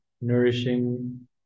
nourishing